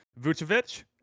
Vucevic